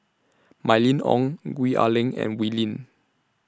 Mylene Ong Gwee Ah Leng and Wee Lin